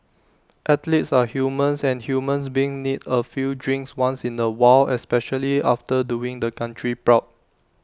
athletes are humans and humans beings need A few drinks once in A while especially after doing the country proud